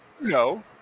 No